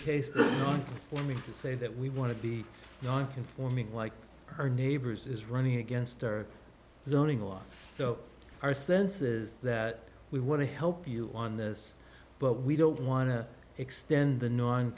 case on me to say that we want to be non conforming like her neighbors is running against her zoning laws so our senses that we want to help you on this but we don't want to extend the non